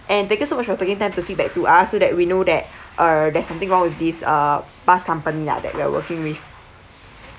and thank you so much for taking time to feedback to us so that we know that uh there's something wrong with this uh bus company lah that we are working with